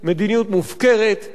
מדיניות מופקרת,